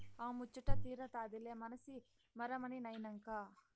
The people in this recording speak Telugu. ఆ ముచ్చటా తీరతాదిలే మనసి మరమనినైనంక